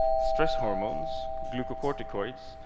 stress hormones, glucocorticoids,